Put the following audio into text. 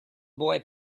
boy